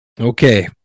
Okay